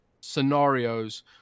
scenarios